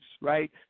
right